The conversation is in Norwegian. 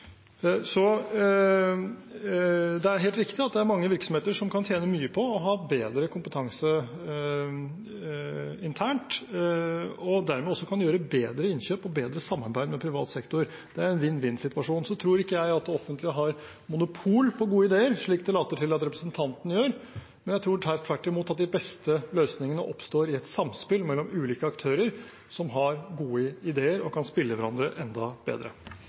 Det er helt riktig at det er mange virksomheter som kan tjene mye på å ha bedre kompetanse internt, og som dermed også kan gjøre bedre innkjøp og ha bedre samarbeid med privat sektor. Det er en vinn-vinn-situasjon. Så tror ikke jeg at det offentlige har monopol på gode ideer, slik det later til at representanten tror. Jeg tror tvert imot at de beste løsningene oppstår i et samspill mellom ulike aktører som har gode ideer og kan spille hverandre enda bedre.